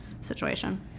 situation